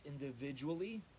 individually